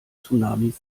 tsunamis